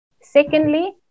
Secondly